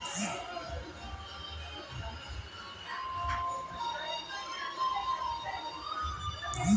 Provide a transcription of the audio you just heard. क्या सरकारी कारखानों में भी किसान शेयरधारी होते हैं?